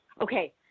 okay